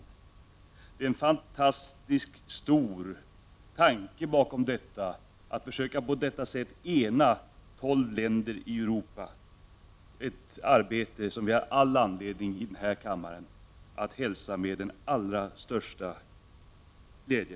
Det finns en fantastiskt stor tanke bakom detta — att på detta sätt försöka ena tolv länder i Europa, ett arbete som vi i denna kammare har all anledning att hälsa med den allra största glädje.